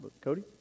cody